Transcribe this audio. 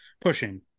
pushing